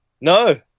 No